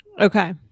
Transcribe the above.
Okay